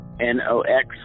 N-O-X